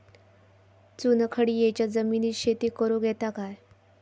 चुनखडीयेच्या जमिनीत शेती करुक येता काय?